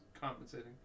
Compensating